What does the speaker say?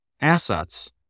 assets